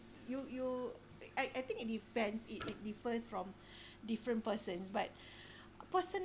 you you I I think it depends it it differs from different persons but